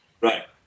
right